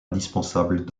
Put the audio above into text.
indispensables